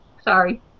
sorry